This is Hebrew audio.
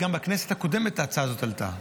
גם בכנסת הקודמת ההצעה הזאת עלתה,